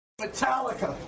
Metallica